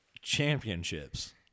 championships